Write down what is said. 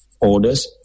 orders